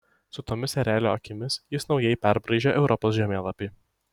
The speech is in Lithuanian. su tomis erelio akimis jis naujai perbraižė europos žemėlapį